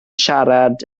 siarad